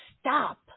stop